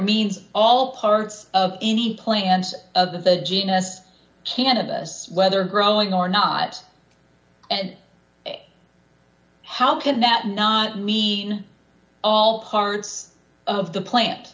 means all parts of any plans of the genus cannabis whether growing or not and how can that not mean all parts of the plant